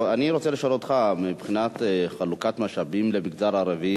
אני רוצה לשאול אותך מבחינת חלוקת משאבים למגזר הערבי